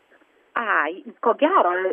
ai ko gero